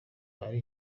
hari